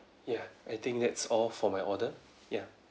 ya I think that's all for my order ya